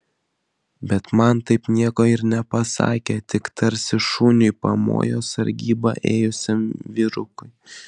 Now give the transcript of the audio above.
bet man taip nieko ir nepasakė tik tarsi šuniui pamojo sargybą ėjusiam vyrukui